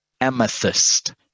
amethyst